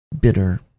bitter